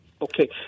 Okay